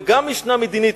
וגם משנה מדינית,